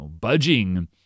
budging